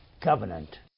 covenant